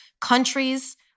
countries